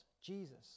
Jesus